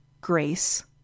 grace